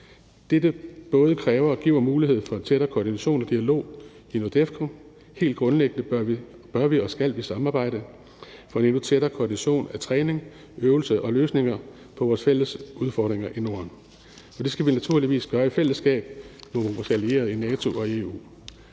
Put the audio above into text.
Dette både kræver og giver mulighed for en tættere koordination og dialog i NORDEFCO. Helt grundlæggende bør vi og skal vi samarbejde for en endnu tættere koordination af træning, øvelse og løsninger på vores fælles udfordringer i Norden. Det skal vi naturligvis gøre i fællesskab med vores allierede i NATO og EU.